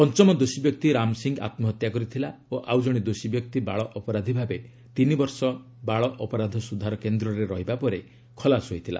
ପଞ୍ଚମ ଦୋଷୀ ବ୍ୟକ୍ତି ରାମ ସିଂହ ଆତ୍କହତ୍ୟା କରିଥିଲା ଓ ଆଉ ଜଣେ ଦୋଷୀ ବ୍ୟକ୍ତି ବାଳ ଅପରାଧୀ ଭାବେ ତିନି ବର୍ଷ ବାଳ ଅପରାଧ ସୁଧାର କେନ୍ଦ୍ରରେ ରହିବା ପରେ ଖଲାସ ହୋଇଥିଲା